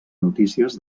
notícies